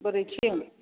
बोरैथिं